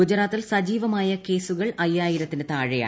ഗുജറാത്തിൽ സജീവമായ കേസുകൾ അയ്യായിരത്തിന് താഴെയാണ്